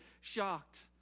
shocked